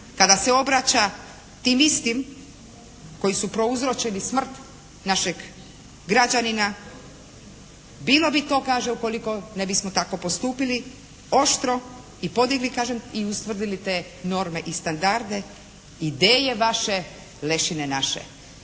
kada se obraća tim istim koji su prouzročili smrt našeg građanina, bilo bi to kaže, ukoliko ne bismo tako postupili oštro i podigli kažem i ustvrdili te norme i standarde, ideje vaše, lešine naše.